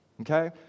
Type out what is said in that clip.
Okay